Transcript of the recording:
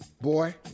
boy